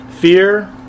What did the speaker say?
Fear